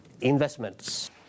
investments